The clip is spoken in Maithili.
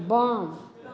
वाम